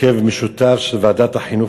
של ועדה בהרכב משותף של ועדת החינוך